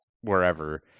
wherever